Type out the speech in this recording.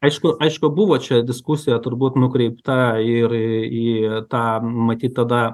aišku aišku buvo čia diskusija turbūt nukreipta ir į tą matyt tada